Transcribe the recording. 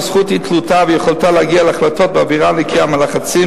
בזכות אי-תלותה ויכולתה להגיע להחלטות באווירה נקייה מלחצים,